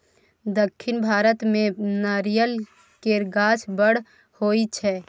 दक्खिन भारत मे नारियल केर गाछ बड़ होई छै